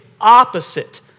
opposite